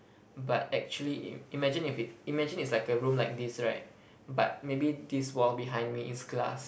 but actually imagine if it imagine is like a room like this right but maybe this wall behind me is glass